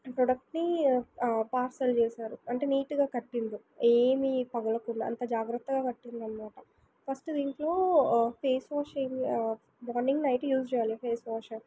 ప్రోడక్ట్ని పార్సల్ చేశారు అంటే నీటుగా కట్టిండ్రు ఏమీ పగలకుండా అంత జాగ్రత్తగా కట్టిండ్రనమాట ఫస్ట్ దీంట్లో face wash morning night use చేయాలి ఫేస్ వాష్